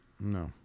No